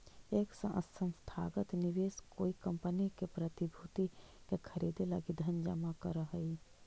एक संस्थागत निवेशक कोई कंपनी के प्रतिभूति के खरीदे लगी धन जमा करऽ हई